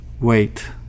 Wait